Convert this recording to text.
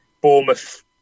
Bournemouth